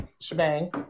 shebang